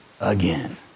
Again